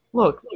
look